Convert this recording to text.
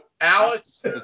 Alex